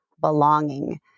belonging